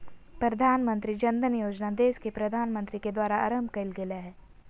प्रधानमंत्री जन धन योजना देश के प्रधानमंत्री के द्वारा आरंभ कइल गेलय हल